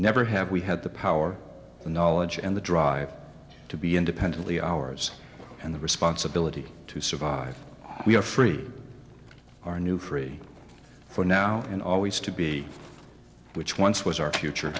never have we had the power the knowledge and the drive to be independently ours and the responsibility to survive we are free our new free for now and always to be which once was our future